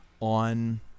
on